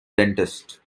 dentist